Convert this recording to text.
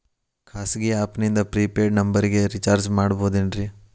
ಖಾಸಗಿ ಆ್ಯಪ್ ನಿಂದ prepaid ನಂಬರಿಗ ರೇಚಾರ್ಜ್ ಮಾಡಬಹುದೇನ್ರಿ?